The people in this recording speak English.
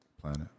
planet